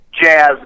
jazz